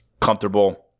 comfortable